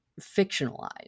fictionalized